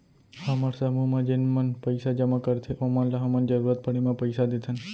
हमर समूह म जेन मन पइसा जमा करथे ओमन ल हमन जरूरत पड़े म पइसा देथन